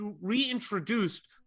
reintroduced